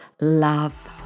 love